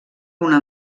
una